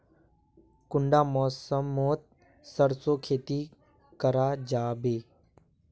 कुंडा मौसम मोत सरसों खेती करा जाबे?